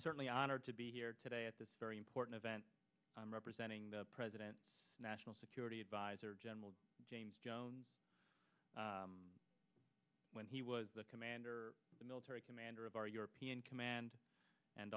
certainly honored to be here today at this very important event representing the president national security adviser general james jones when he was the commander of the military commander of our european command and